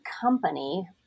company